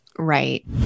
right